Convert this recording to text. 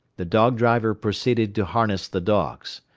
the dog-driver proceeded to harness the dogs.